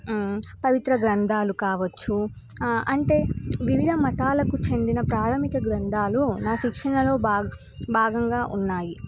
పవిత్ర గ్రంథాలు కావచ్చు అంటే వివిధ మతాలకు చెందిన ప్రాథమిక గ్రంధాలు నా శిక్షణలో భాగ భాగంగా ఉన్నాయి